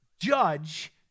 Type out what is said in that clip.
judge